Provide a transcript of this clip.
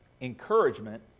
Encouragement